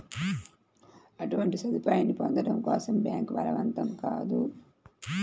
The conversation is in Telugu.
అటువంటి సదుపాయాన్ని పొందడం కోసం బ్యాంక్ బలవంతం కాదు